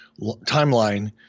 timeline